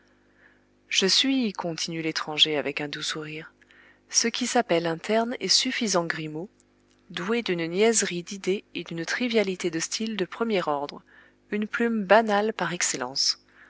je suis continue l'étranger avec un doux sourire ce qui s'appelle un terne et suffisant grimaud doué d'une niaiserie d'idées et d'une trivialité de style de premier ordre une plume banale par excellence